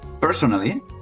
Personally